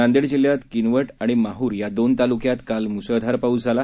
नांदेड जिल्ह्यात किनवट आणि माहूर या दोन तालूक्यात काल मुसळधार पाऊस झाला